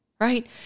Right